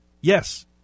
Yes